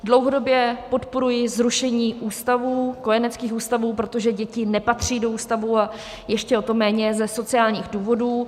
Dlouhodobě podporuji zrušení kojeneckých ústavů, protože děti nepatří do ústavů, a ještě o to méně ze sociálních důvodů.